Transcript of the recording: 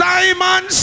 Simon